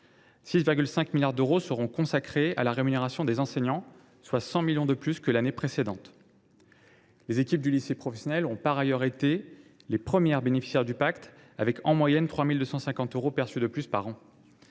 6,5 milliards d’euros seront consacrés à la rémunération des enseignants, soit 100 millions de plus que l’année précédente. Les équipes des lycées professionnels ont par ailleurs été les premières bénéficiaires du pacte enseignant, avec en moyenne 3 250 euros perçus de plus par an.